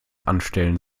anstellen